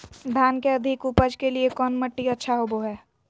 धान के अधिक उपज के लिऐ कौन मट्टी अच्छा होबो है?